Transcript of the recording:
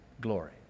glory